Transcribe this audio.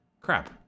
Crap